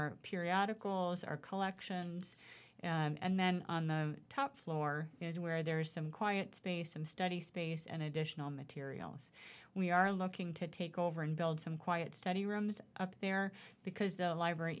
our periodicals our collection and then on the top floor is where there is some quiet space some study space and additional materials we are looking to take over and build some quiet study rooms up there because the library